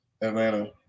Atlanta